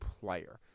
player